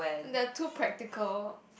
when they're too practical